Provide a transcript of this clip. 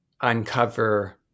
uncover